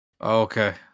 Okay